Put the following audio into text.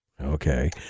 Okay